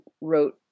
wrote